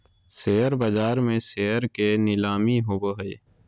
share बाज़ार में share के नीलामी होबो हइ